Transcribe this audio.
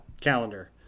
calendar